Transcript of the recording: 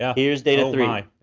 yeah here's data three. my,